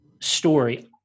Story